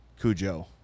Cujo